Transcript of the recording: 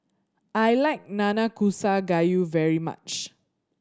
I like Nanakusa Gayu very much